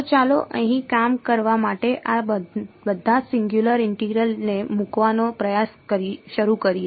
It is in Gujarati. તો ચાલો અહીં કામ કરવા માટે આ બધા સિંગયુલર ઇન્ટિગ્રલ ને મૂકવાનો પ્રયાસ શરૂ કરીએ